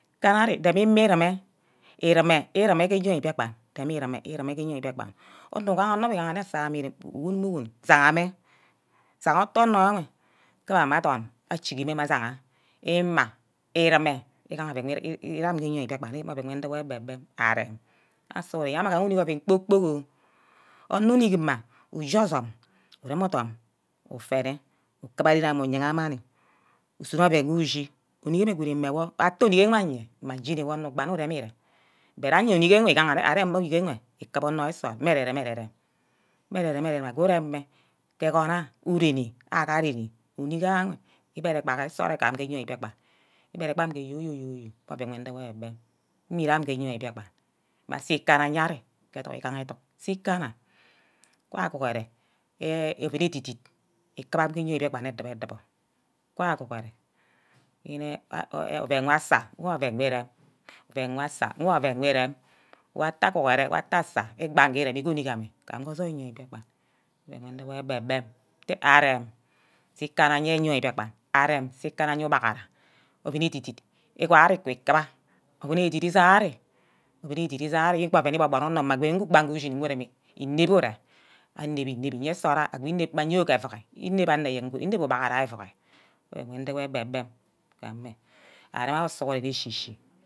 Kana ari, rem imi reme, ereme ereme ke eyoi mbiakpan, reme ereme ke eyoi mbiakpan onor igahanne asamme uwure who wune sihame siha uto onor enwe, kuba mme adorn chiga mme asunne ashiga ima irume igaha oven ire amin ke eyoi mbiakpan nduwor egbe-bem arem awor sughuren awor mma gaha unick oven kpor-kpork oh, onor onick mma ushi osume urem odume ufene ukuba ren ame ugange manni, usunor oven wor ushi ornick wor good ime wor atte ornick wor aye mma jeni wor ugbanne urem ire but aye enick wor igahanne arem mma uje enwe ekuba anor nsort mme erem-rem, ere-rem, meh ere-rem-ere-rem ago urem mme ke ugonoha urem nne anick ho gba ge nsort mbikpan igbre gba ke oyo-yo-o-yo mme oven nduwor egbem, iniye ke nyeo mbiakpan mme asse ikana aye ari ke edug egaha edug, say ikanna, wana aguhure oven edi-dit ikuba ke ini mbikapan odubor-edubor, gwa-guhure yene oven wor asa, oven wor asa-wor oven we ireme, wor atte asar, wor atte aguhure, wor atte asa, igbange irem ke onick ame gam ke osoil enio biakpan mme oven ndueor egbe-gbe nte arem je ikana oye yoi mbiakpan, arem je kana-eyeah ubgghara oven edit-dit usai ari, iborboni-borni onor mma gwoni ushi gba nge ushini nwor ireme inep ire anep, anep nsort awor ago inep gba iyoi ke ovura, inep anor ayen good, inep ubaghara evuvor mme oven nduwor gbe-gbe ka-eme, arem awo sughuren ashishi.